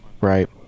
right